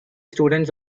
students